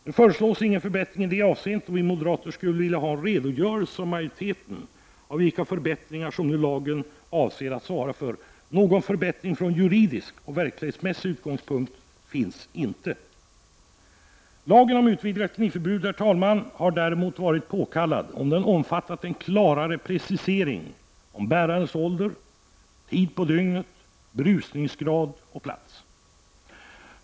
Nu föreslås ingen förbättring i det avseendet, och vi moderater skulle vilja ha en redogörelse av majoriteten för vilka förbättringar som man nu avser att åstadkomma med lagen. Någon förbättring från juridisk eller verklighetsmässig utgångspunkt innebär den inte. En lag om utvidgat knivförbud hade däremot, herr talman, varit påkallad om den innehållit en klarare precisering av bärarens ålder, tid på dygnet, berusningsgrad och plats.